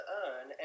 earn